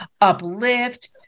uplift